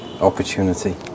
opportunity